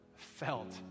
felt